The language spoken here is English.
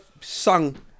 sung